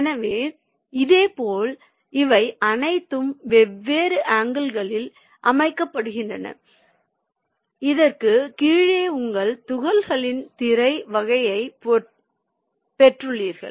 எனவே இதேபோல் இவை அனைத்தும் வெவ்வேறு ஆங்கில் களில் அமைக்கப்பட்டிருக்கின்றன இதற்குக் கீழே உங்கள் துளைகளின் திரை வகையைப் பெற்றுள்ளீர்கள்